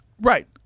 Right